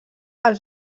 els